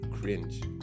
cringe